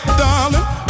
darling